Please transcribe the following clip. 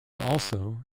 also